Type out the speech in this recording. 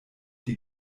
die